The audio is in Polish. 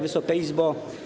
Wysoka Izbo!